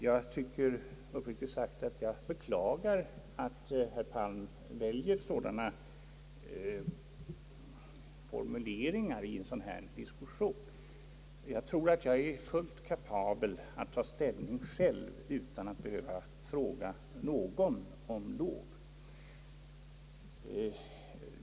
Jag måste uppriktigt sagt beklaga att herr Palm väljer formuleringar av det slaget i en sådan här diskussion. Jag tror att jag är fullt kapabel att ta ställning själv, utan att behöva fråga någon om lov.